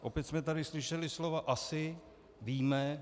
Opět jsme tady slyšeli slova asi, víme.